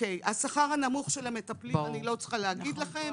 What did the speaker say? על השכר הנמוך של המטפלים אני לא צריכה להגיד לכם.